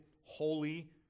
holy